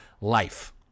life